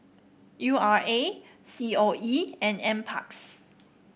U R A C O E and NParks